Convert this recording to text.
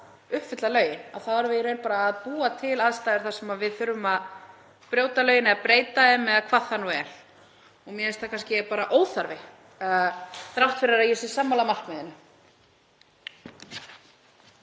uppfylla lögin. Þá erum við í raun bara að búa til aðstæður þar sem við þurfum að brjóta lögin, breyta þeim eða hvað það nú er. Mér finnst það kannski bara óþarfi, þrátt fyrir að ég sé sammála markmiðinu.